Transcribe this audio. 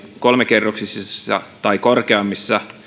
kolmikerroksisissa tai korkeammissa